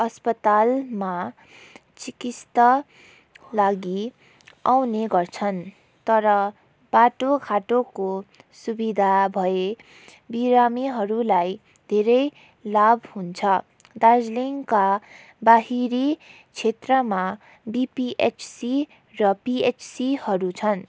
अस्पतालमा चिकित्साका लागि आउने गर्छन् तर बाटोघाटोको सुविधा भए बिरामीहरूलाई धेरै लाभ हुन्छ दार्जिलिङका बाहिरी क्षेत्रमा डिपिएफसी र पिएचसीहरू छन्